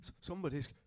Somebody's